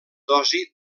dosi